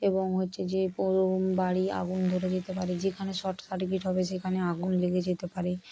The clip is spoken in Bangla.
এবং হচ্ছে যে পুরো বাড়ি আগুন ধরে যেতে পারে যেখানে শর্ট সার্কিট হবে সেখানে আগুন লেগে যেতে পারে